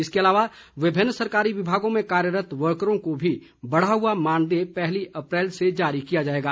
इसके अलावा विभिन्न सरकारी विभागों में कार्यरत वर्करों को भी बढ़ा हुआ मानदेय पहली अप्रैल से जारी किया जाएगा